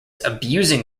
abusing